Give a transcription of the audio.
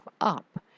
up